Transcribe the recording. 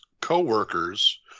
co-workers